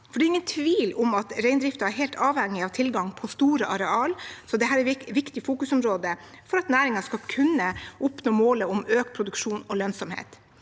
Det er ingen tvil om at reindriften er helt avhengig av tilgang på store areal, så dette er et viktig fokusområde for at næringen skal kunne oppnå målet om økt produksjon og lønnsomhet.